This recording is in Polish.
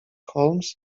holmes